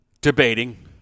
debating